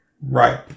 Right